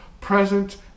present